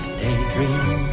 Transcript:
daydream